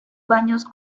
baños